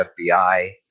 FBI